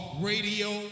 radio